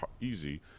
easy